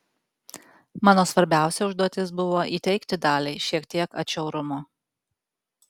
mano svarbiausia užduotis buvo įteigti daliai šiek tiek atšiaurumo